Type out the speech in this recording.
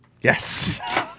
Yes